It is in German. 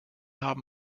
haben